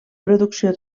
producció